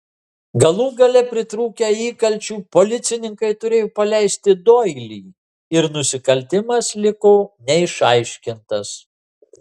galų gale pritrūkę įkalčių policininkai turėjo paleisti doilį ir nusikaltimas liko neišaiškintas